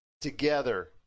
together